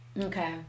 Okay